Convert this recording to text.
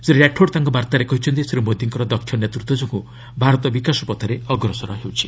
ଶ୍ରୀ ରାଠୋଡ୍ ତାଙ୍କ ବାର୍ତ୍ତାରେ କହିଛନ୍ତି ଶ୍ରୀ ମୋଦିଙ୍କ ଦକ୍ଷ ନେତୃତ୍ୱ ଯୋଗୁଁ ଭାରତ ବିକାଶ ପଥରେ ଅଗ୍ରସର ହେଉଛି